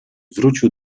wrócił